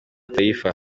taifa